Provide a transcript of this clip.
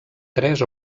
tres